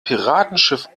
piratenschiff